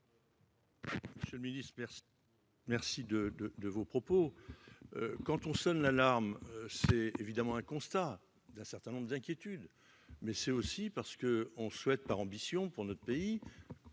Monsieur le Ministre, merci de de de vos propos, quand on sonne l'alarme, c'est évidemment un constat d'un certain nombre d'inquiétudes, mais c'est aussi parce que on souhaite par ambition pour notre pays,